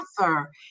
author